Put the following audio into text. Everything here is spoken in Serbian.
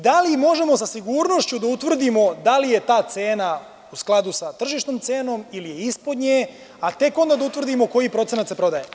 Da li možemo sa sigurnošću da utvrdimo da li je ta cena u skladu sa tržišnom cenom ili ispod nje, a tek onda da utvrdimo koji procenat se prodaje.